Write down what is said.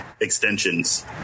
Extensions